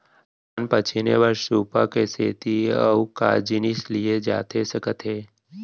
धान पछिने बर सुपा के सेती अऊ का जिनिस लिए जाथे सकत हे?